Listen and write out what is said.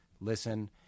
listen